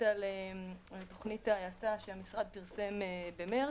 על תוכנית ההאצה שהמשרד פרסם במרץ,